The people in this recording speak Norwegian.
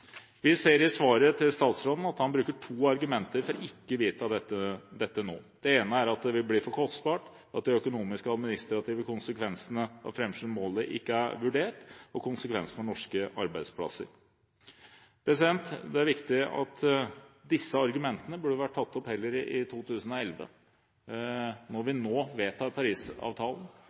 Vi ser i svaret til statsråden at han bruker to argumenter for ikke å vedta dette nå. Det ene er at det vil bli for kostbart – at de økonomiske og administrative konsekvensene av å framskynde målet ikke er vurdert. Det andre er konsekvensen for norske arbeidsplasser. Det er viktig at disse argumentene heller burde vært tatt opp i 2012. Når vi nå vedtar